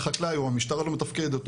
המשטרה לא מתפקדת,